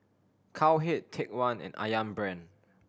Cowhead Take One and Ayam Brand